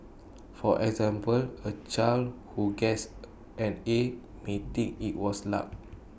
for example A child who gets an A may think IT was luck